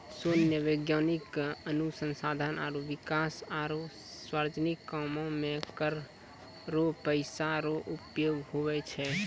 सैन्य, वैज्ञानिक अनुसंधान आरो बिकास आरो सार्वजनिक कामो मे कर रो पैसा रो उपयोग हुवै छै